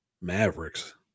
Mavericks